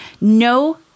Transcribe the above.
No